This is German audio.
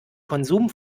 konsum